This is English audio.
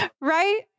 right